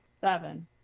Seven